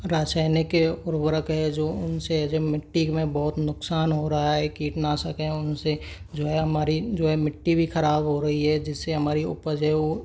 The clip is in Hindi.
रासायनिक उर्वरक है जो उनसे जो मिट्टी में बहुत नुकसान हो रहा है कीटनाशक हैं उनसे जो है हमारी जो है मिट्टी भी खराब हो रही है जिससे हमारी उपज है वो